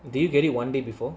did you get it one day before